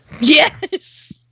Yes